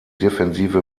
defensive